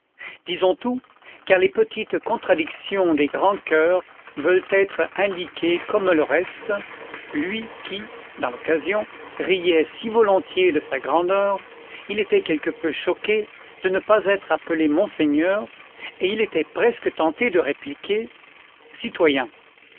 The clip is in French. disons tout car les petites contradictions des grands coeurs veulent être indiquées comme le reste lui qui dans l'occasion riait si volontiers de sa grandeur il était quelque peu choqué de ne pas être appelé monseigneur et il était presque tenté de répliquer citoyen